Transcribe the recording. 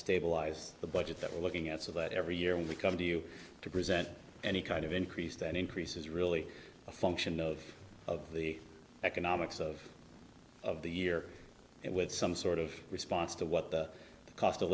stabilize the budget that we're looking at so that every year when we come to you to present any kind of increase that increase is really a function of of the economics of of the year with some sort of response to what the cost of